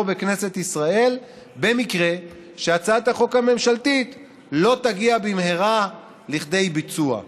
בכנסת ישראל במקרה שהצעת החוק הממשלתית לא תגיע במהרה לכדי ביצוע.